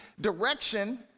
direction